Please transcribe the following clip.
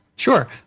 Sure